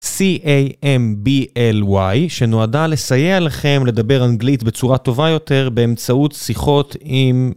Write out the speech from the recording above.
C A M B L Y שנועדה לסייע לכם לדבר אנגלית בצורה טובה יותר באמצעות שיחות עם...